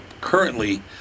currently